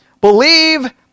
believe